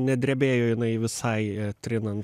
nedrebėjo jinai visai trinant